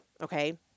okay